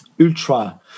ultra